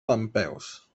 dempeus